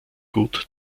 gut